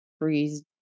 freeze